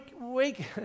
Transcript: wake